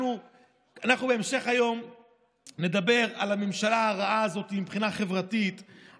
אנחנו בהמשך היום נדבר על הממשלה הרעה הזאת מבחינה חברתית,